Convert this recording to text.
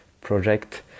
project